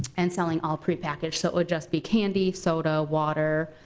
and selling all prepackaged. so it would just be candy, soda, water,